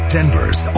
Denver's